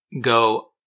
go